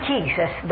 Jesus